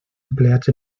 empleats